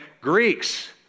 Greeks